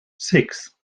six